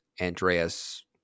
Andreas